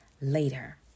later